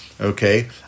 Okay